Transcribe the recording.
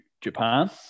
Japan